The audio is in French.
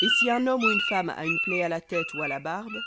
et si un homme ou une femme a une plaie à la tête ou à la barbe